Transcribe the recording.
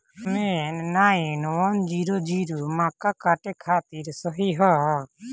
दशमेश nine one zero zero मक्का काटे खातिर सही ह?